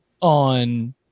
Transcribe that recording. on